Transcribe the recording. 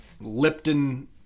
Lipton